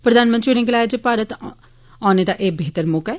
प्रधानमंत्री होरें गलाया जे भारत औने दा एह बेह्तर मौका ऐ